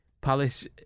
Palace